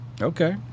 okay